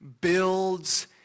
builds